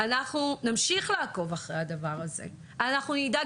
אנחנו נמשיך לעקוב אחר הדבר הזה ונדאג,